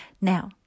Now